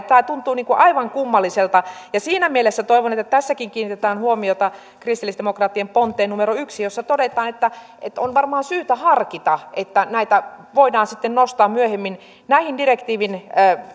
tämä tuntuu aivan kummalliselta siinä mielessä toivon että tässäkin kiinnitetään huomiota kristillisdemokraattien ponteen numero yksi jossa todetaan että että on varmaan syytä harkita että näitä voidaan sitten nostaa myöhemmin näihin direktiivin